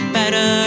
better